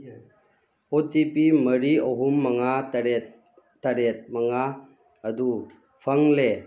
ꯑꯣ T P ꯃꯔꯤ ꯑꯍꯨꯝ ꯃꯉꯥ ꯇꯔꯦꯠ ꯇꯔꯦꯠ ꯃꯉꯥ ꯑꯗꯨ ꯐꯪꯂꯦ